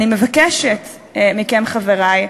אני מבקשת מכם, חברי,